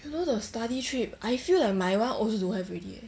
you know the study trip I feel that my one also don't have already leh